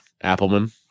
Appleman